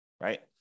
right